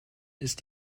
ist